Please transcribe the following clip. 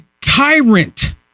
tyrant